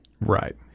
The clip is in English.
Right